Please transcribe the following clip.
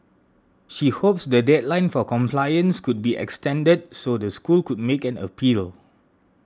she hopes the deadline for compliance could be extended so the school could make an appeal